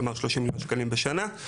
כלומר 30 מיליון שקלים בשנה.